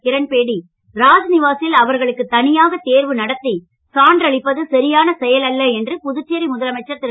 கிரண்பேடி ராஜ்நிவாசில் அவர்களுக்கு தனியாக தேர்வு நடத்தி சான்றளிப்பது சரியான செயல் அல்ல என்று புதுச்சேரி முதலமைச்சர் திரு